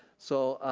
so,